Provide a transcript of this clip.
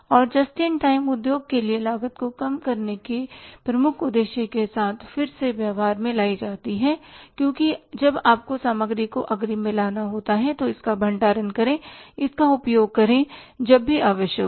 और just in time उद्योग के लिए लागत को कम करने के प्रमुख उद्देश्य के साथ फिर से व्यवहार में लाई जाती है क्योंकि जब आपको सामग्री को अग्रिम में लाना होता है तो इसका भंडारण करें इसका उपयोग करें जब भी आवश्यक हो